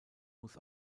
muss